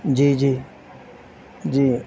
جی جی جی